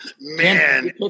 Man